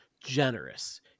generous